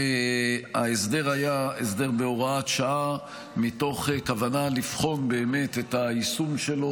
ההסדר היה בהוראת שעה מתוך כוונה לבחון את היישום שלו